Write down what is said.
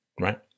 right